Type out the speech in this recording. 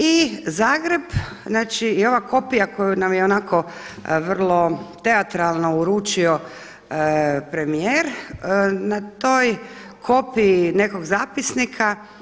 I Zagreb znači i ova kopija koju nam je onako vrlo teatralno uručio premijer na toj kopiji nekog zapisnika.